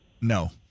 No